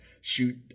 shoot